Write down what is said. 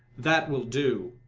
that will do!